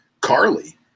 Carly